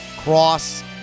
cross